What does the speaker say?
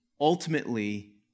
ultimately